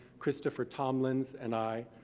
christopher tomlins, and i,